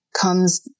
comes